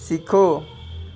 सिक्खो